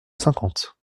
cinquante